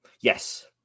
Yes